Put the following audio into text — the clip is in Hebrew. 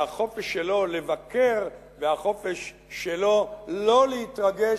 והחופש שלו לבקר, והחופש שלו שלא להתרגש,